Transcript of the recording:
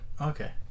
Okay